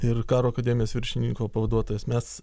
ir karo akademijos viršininko pavaduotojas mes